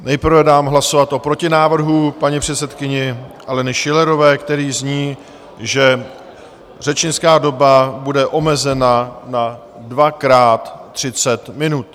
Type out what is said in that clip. Nejprve dám hlasovat o protinávrhu paní předsedkyně Aleny Schillerové, který zní, že řečnická doba bude omezena na dvakrát 30 minut.